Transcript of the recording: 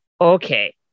okay